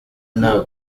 nta